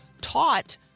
taught